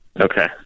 Okay